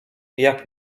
jak